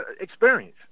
experience